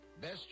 Best